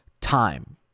time